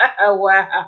Wow